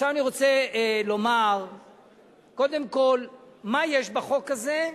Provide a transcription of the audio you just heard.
אני רוצה לומר קודם כול מה יש בחוק הזה,